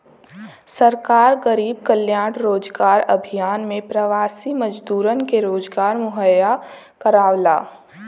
सरकार गरीब कल्याण रोजगार अभियान में प्रवासी मजदूरन के रोजगार मुहैया करावला